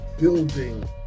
building